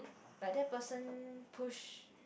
but that person pushed